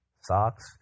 socks